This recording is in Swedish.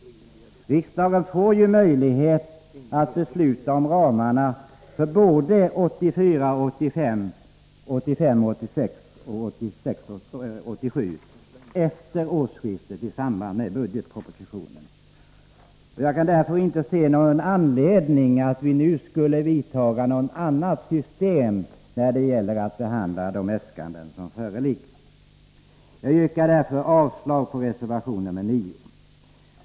Riksdagen får ju möjlighet att besluta om ramarna för 1984 86 och 1986/87 efter årsskiftet i samband med budgetpropositionen. Jag kan därför inte se någon anledning för oss att nu börja tillämpa något annat system när det gäller att behandla de äskanden som föreligger. Jag yrkar därför avslag på reservation 9.